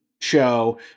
show